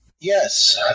yes